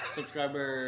Subscriber